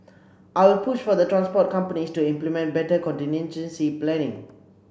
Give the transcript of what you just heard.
I will push for the transport companies to implement better contingency planning